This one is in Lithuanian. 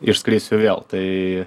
išskrisiu vėl tai